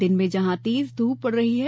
दिन में जहां तेज धूप पड़ रही है